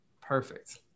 perfect